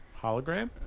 Hologram